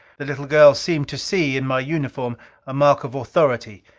the little girl seemed to see in my uniform a mark of authority.